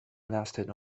lasted